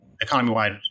economy-wide